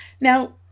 Now